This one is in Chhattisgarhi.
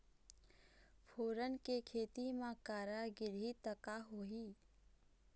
फोरन के खेती म करा गिरही त का होही?